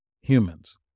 humans